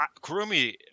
Kurumi